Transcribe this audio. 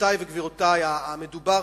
רבותי וגבירותי, מדובר